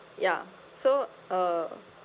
ya so uh